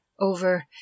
over